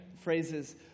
phrases